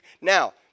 Now